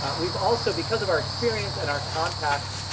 we've also, because of our experience and our contacts,